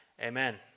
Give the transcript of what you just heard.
Amen